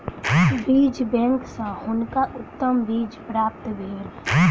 बीज बैंक सॅ हुनका उत्तम बीज प्राप्त भेल